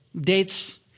dates